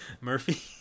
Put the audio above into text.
murphy